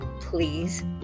please